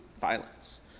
violence